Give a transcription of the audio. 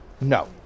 No